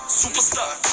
superstar